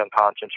unconscious